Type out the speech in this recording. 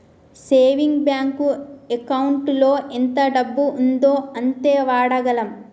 saving bank ఎకౌంటులో ఎంత డబ్బు ఉందో అంతే వాడగలం